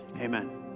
amen